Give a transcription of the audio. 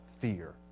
fear